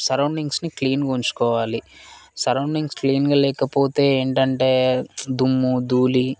సరౌండింగ్స్ని క్లీన్గా ఉంచుకోవాలి సరౌండింగ్స్ని క్లీన్గా లేకపోతే ఏంటంటే దుమ్ము ధూళీ